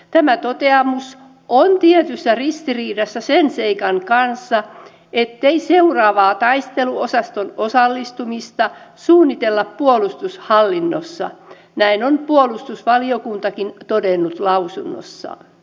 tämä toteamus on tietyssä ristiriidassa sen seikan kanssa ettei seuraavaa taisteluosastoon osallistumista suunnitella puolustushallinnossa näin on puolustusvaliokuntakin todennut lausunnossaan